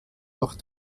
doch